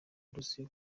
buruse